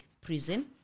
Prison